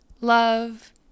love